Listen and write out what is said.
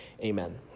Amen